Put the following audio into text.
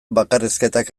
bakarrizketak